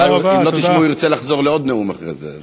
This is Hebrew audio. אולי אם לא תשבו הוא ירצה לחזור לעוד נאום אחרי זה.